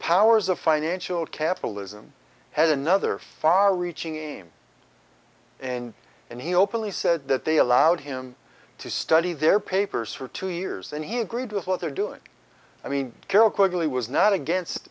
powers of financial capitalism had another far reaching aim and and he openly said that they allowed him to study their papers for two years and he agreed with what they're doing i mean carol quickly was not against